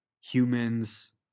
humans